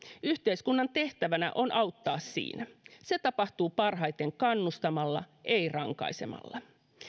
yhteiskunnan tehtävänä on auttaa siinä se tapahtuu parhaiten kannustamalla ei rankaisemalla